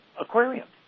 aquariums